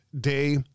day